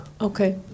Okay